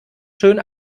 schön